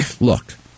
look